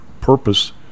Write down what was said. purpose